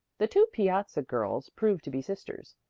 the two piazza girls proved to be sisters,